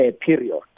period